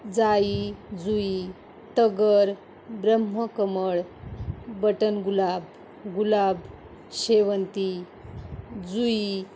जाई जुई तगर ब्रह्मकमळ बटन गुलाब गुलाब शेवंती जुई